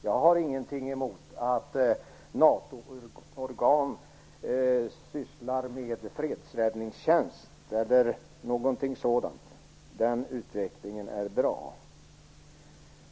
Jag har ingenting emot att NATO-organ sysslar med fredsräddningstjänst eller någonting sådant. Den utvecklingen är bra.